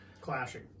Clashing